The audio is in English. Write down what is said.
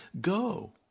go